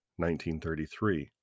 1933